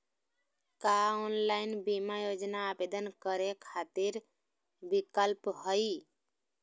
का ऑनलाइन बीमा योजना आवेदन करै खातिर विक्लप हई?